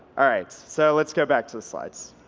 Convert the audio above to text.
all right. so let's go back to the slides.